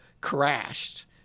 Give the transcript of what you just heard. crashed